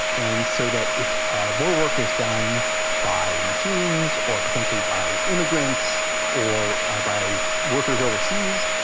and so that if more work is done by machines or potentially by immigrants or ah by workers overseas,